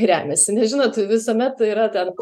remiasi nes žinot visuomet yra tarp